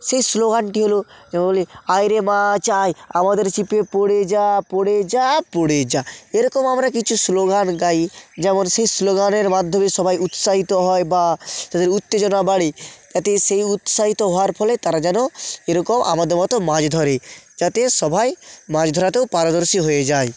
সেই স্লোগানটি হলো যেমনই এরকম আমরা কিছু স্লোগান গাই যেমন সেই স্লোগানের মাধ্যমে সবাই উৎসাহিত হয় বা তাদের উত্তেজনা বাড়ে যাতে সেই উৎসাহিত হওয়ার ফলে তারা যেন এরকম আমাদের মতো মাছ ধরে যাতে সবাই মাছ ধরাতেও পারদর্শী হয়ে যায়